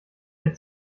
der